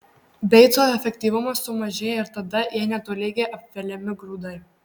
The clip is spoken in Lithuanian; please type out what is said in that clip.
beico efektyvumas sumažėja ir tada jei netolygiai apveliami grūdai